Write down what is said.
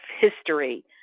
history